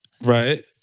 right